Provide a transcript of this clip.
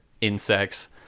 insects